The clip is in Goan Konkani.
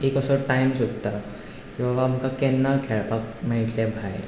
एक असो टायम सोदता जो आमकां केन्ना खेळपाक मेळटलें भायर